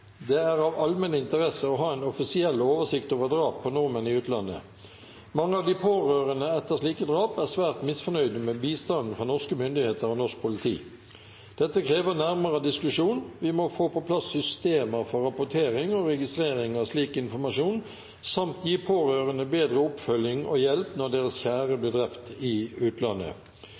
Det er av allmenn interesse å ha en offisiell oversikt over drap på nordmenn i utlandet. Mange av de pårørende etter slike drap er svært misfornøyde med bistanden fra norske myndigheter og politi. Dette krever nærmere diskusjon. Vi må få på plass systemer for rapportering og registrering av slik informasjon samt gi pårørende bedre oppfølging og hjelp når deres kjære blir drept i utlandet.